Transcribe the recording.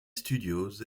studios